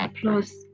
Plus